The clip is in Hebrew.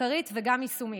מחקרית וגם יישומית.